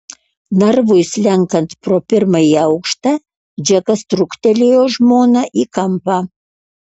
narvui slenkant pro pirmąjį aukštą džekas trūktelėjo žmoną į kampą